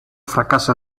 fracaso